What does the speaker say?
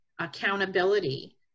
accountability